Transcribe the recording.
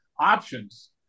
options